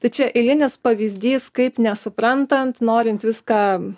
tai čia eilinis pavyzdys kaip nesuprantant norint viską